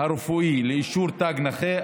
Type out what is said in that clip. הרפואי לאישור תג נכה,